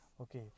okay